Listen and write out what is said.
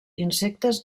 insectes